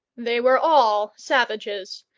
they were all savages,